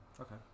Okay